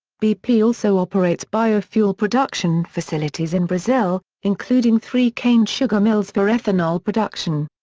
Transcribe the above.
bp also operates biofuel production facilities in brazil, including three cane sugar mills for ethanol production.